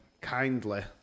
kindly